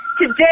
Today